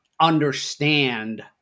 understand